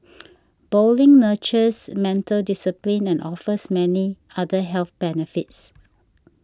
bowling nurtures mental discipline and offers many other health benefits